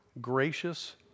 gracious